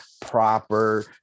proper